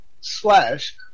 slash